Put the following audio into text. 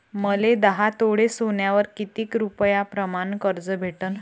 मले दहा तोळे सोन्यावर कितीक रुपया प्रमाण कर्ज भेटन?